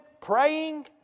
praying